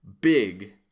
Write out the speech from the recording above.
big